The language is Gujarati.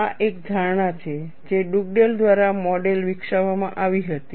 આ એક ધારણા છે જે ડુગડેલ દ્વારા મોડેલ વિકસાવવામાં આવી હતી